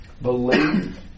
Believe